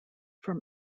from